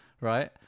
right